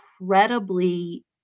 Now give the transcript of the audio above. incredibly